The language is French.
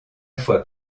fois